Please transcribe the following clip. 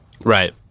Right